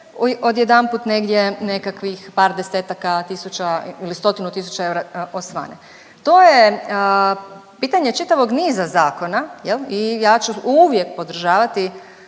Odjedanput negdje nekakvih par desetaka tisuća ili stotinu tisuću eura osvane. To je pitanje čitavog niza zakona jel' i ja ću uvijek podržavati